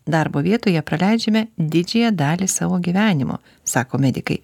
darbo vietoje praleidžiame didžiąją dalį savo gyvenimo sako medikai